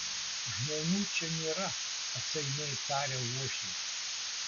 žmonių čia nėra atsainiai tarė uošvis